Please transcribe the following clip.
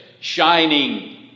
shining